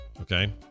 Okay